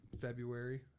February